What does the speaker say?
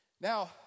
Now